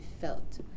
felt